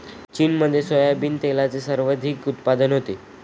चीनमध्ये सोयाबीन तेलाचे सर्वाधिक उत्पादन होते